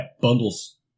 Bundles